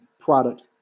product